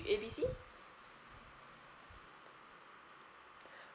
A B C